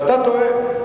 ואתה טועה.